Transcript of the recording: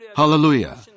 Hallelujah